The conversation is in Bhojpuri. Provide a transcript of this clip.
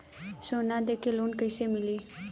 सोना दे के लोन कैसे मिली?